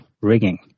rigging